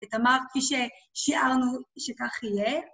ותמר כששארנו שכך יהיה.